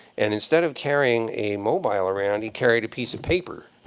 and instead of carrying a mobile around, he carried a piece of paper.